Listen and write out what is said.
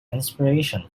inspiration